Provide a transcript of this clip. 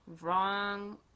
wrong